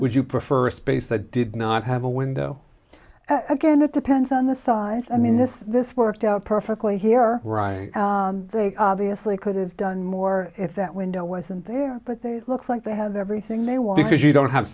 would you prefer a space that did not have a window again it depends on the size i mean this this worked out perfectly here they obviously could have done more if that window wasn't there but they look like they have everything they want because you don't have